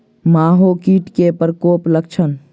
माहो कीट केँ प्रकोपक लक्षण?